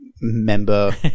member